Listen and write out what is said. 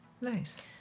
Nice